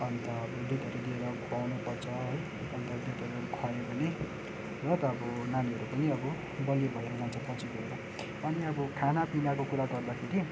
अन्त दुधहरू दिएर खुवाउनुपर्छ है अन्त दुधहरू खुवायो भने र त अब नानीहरू पनि अब बलियो भएर जान्छ पछि गएर अनि अब खानापिनाको कुरा गर्दाखेरि